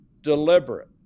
deliberate